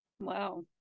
Wow